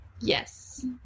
Yes